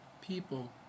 people